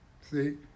See